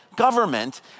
Government